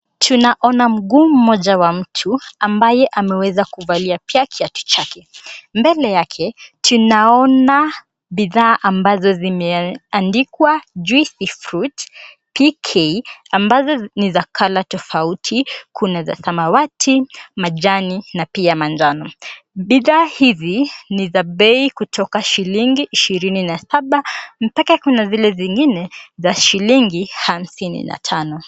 Tunaona mguu mmoja wa mtu ambaye ameweza kuvalia pia kiatu chake, mbele yake tunaona bidhaa ambazo zimeandikwa juicy fruit pk ambazo ni za colour tofauti tofauti kuna za samawati, majani na pia manjano. Bidhaa hizi ni za bei kutoka shilingi ishirini na saba mpaka kuna zile zingine za shilingi hamsini na tano.